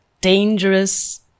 dangerous